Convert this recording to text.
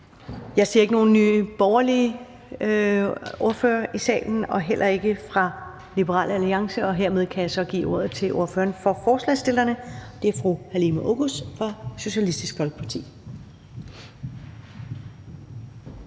Jeg ser ikke nogen ordfører for Nye Borgerlige i salen og heller ikke for Liberal Alliance. Hermed kan jeg så give ordet til ordføreren for forslagsstillerne, og det er fru Halime Oguz fra Socialistisk Folkeparti.